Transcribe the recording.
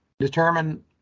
determine